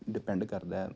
depend ਕਰਦਾ